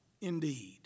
indeed